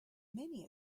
many